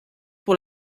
pour